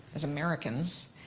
as americans,